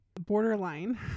Borderline